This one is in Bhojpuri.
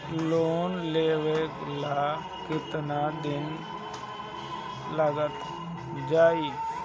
लोन लेबे ला कितना दिन लाग जाई?